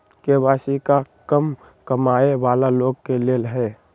KYC का कम कमाये वाला लोग के लेल है?